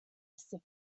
pacific